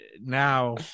now